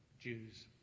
Jews